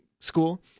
school